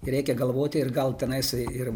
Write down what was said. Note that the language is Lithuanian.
reikia galvoti ir gal tenais ir